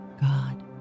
God